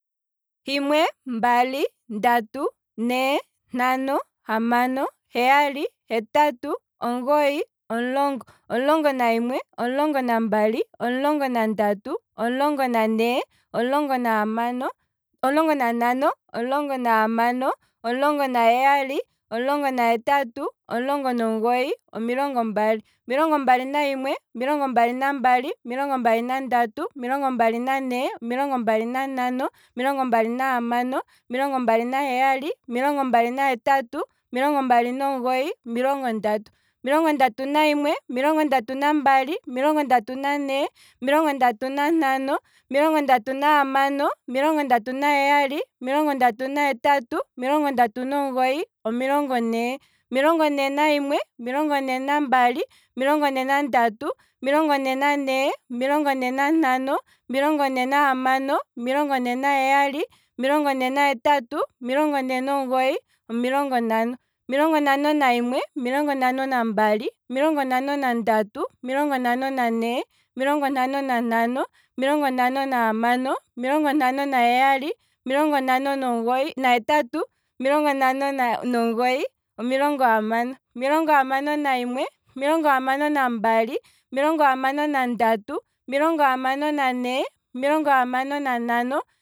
Nola. himwe. mbali, ndatu, ine, ntano, hamano. heyali, hetatu, omugoyi, omulongo, omulongo nahimwe, omulongo nambali, omulongo nandatu, omulongo nane, omulongo nantano, omulongo nahamano, omulongo naheyali, omulongo nahetatu, omulongo nomugoyi, omilongo mbali, omilongo mbali nahimwe, omilongo mbali nambali, omilongo mbali nandatu, omilongo mbali niine, omilongo mbali nantano, omilongo mbali nahamano, omilongo mbali naheyali, omilongo mbali nahetatu, omilongo mbali nomugoyi, omilongo ndatu, omilongo ndatu nahimwe, omilongo ndatu nambali, omilongo ndatu nandatu, omilongo ndatu niine, omilongo ndatu nantano, omilongo ndatu nahamano, omilongo ndatu naheyali, omilongo ndatu nahetatu, omilongo ndatu nomugoyi, omilongo ne, omilongo ne nahimwe, omilongo ne nambali, omilongo ne nandatu, omilongo ne nane, omilongo ne nantano, omilongo ne nahamano, omilongo ne naheyali, omilongo ne nahetatu, omilongo ne nomugoyi, omilongo ntano, omilongo ntano nahimwe, omilongo ntano nambali, omilongo ntano nandatu, omilongo ntano nane, omilongo ntano nantano, omilongo ntano nahamano, omilongo ntano naheyali, omilongo ntano nahetatu, omilongo ntano nomugoyi, omilongo hamano, omilongo hamano nahimwe, omilongo hamano nambali, omilongo hamano nandatu, omilongo hamano niine, omilongo hamano nantano